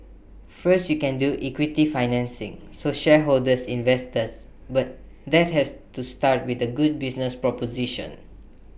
first you can do equity financing so shareholders investors but that has to start with A good business proposition